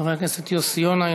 חבר הכנסת יוסי יונה,